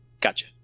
gotcha